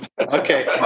Okay